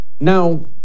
Now